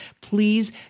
please